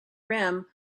rim